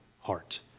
heart